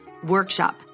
Workshop